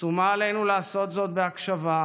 שומה עלינו לעשות זאת בהקשבה,